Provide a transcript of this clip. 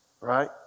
right